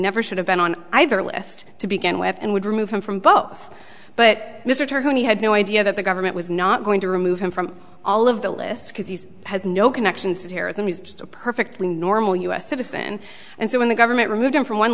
never should have been on either list to begin with and would remove him from both but mr tony had no idea that the government was not going to remove him from all of the lists because he's has no connection to terrorism he's just a perfectly normal u s citizen and so when the government removed him from one